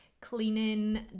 cleaning